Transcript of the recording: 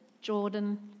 Jordan